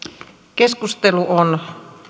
keskustelu on